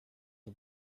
are